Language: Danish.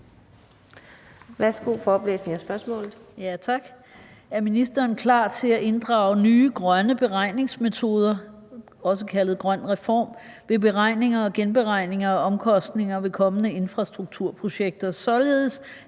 Værsgo for oplæsning af spørgsmålet. Kl. 14:06 Jette Gottlieb (EL): Er ministeren klar til at inddrage nye, grønne beregningsmetoder, også kaldet GrønREFORM, ved beregninger og genberegninger af omkostninger ved kommende infrastrukturprojekter, således